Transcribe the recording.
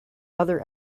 other